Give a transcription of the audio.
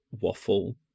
waffle